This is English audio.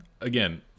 again